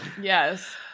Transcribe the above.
Yes